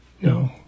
No